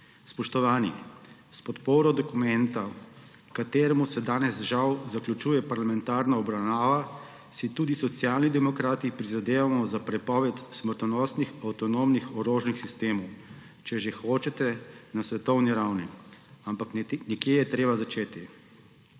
Spoštovani, s podporo dokumenta, kateremu se danes žal končuje parlamentarna obravnava, si tudi Socialni demokrati prizadevamo za prepoved smrtonosnih avtonomnih orožnih sistemov – če že hočete, na svetovni ravni –, ampak nekje je treba začeti.